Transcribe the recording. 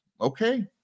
Okay